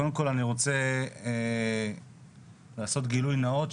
קודם כל אני רוצה לעשות גילוי נאות,